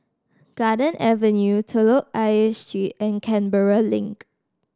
Garden Avenue Telok Ayer Street and Canberra Link